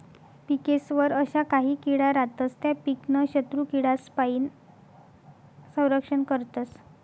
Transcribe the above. पिकेस्वर अशा काही किडा रातस त्या पीकनं शत्रुकीडासपाईन संरक्षण करतस